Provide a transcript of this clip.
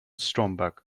stromberg